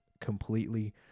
completely